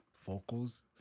vocals